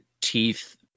teeth